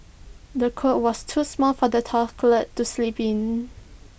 the cot was too small for the toddler to sleep in